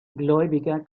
gläubiger